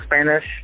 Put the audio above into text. Spanish